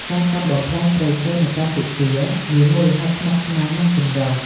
ការកាប់បំផ្លាញព្រៃឈើនៅកម្ពុជាមានមូលហេតុស្មុគស្មាញ និងចម្រុះ។